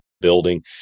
building